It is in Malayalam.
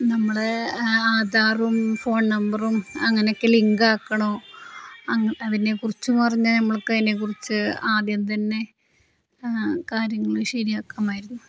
നമ്മളുടെ ആധാറും ഫോൺ നമ്പറും അങ്ങനെയൊക്കെ ലിങ്ക് ആക്കണോ അതിനെക്കുറിച്ചു പറഞ്ഞാൽ നമ്മൾക്കതിനെക്കുറിച്ച് ആദ്യം തന്നെ കാര്യങ്ങൾ ശരിയാക്കാമായിരുന്നു